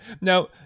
Now